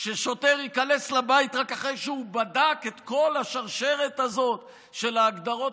ששוטר ייכנס לבית רק אחרי שהוא בדק את כל השרשרת הזאת של ההגדרות